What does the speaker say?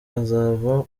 azava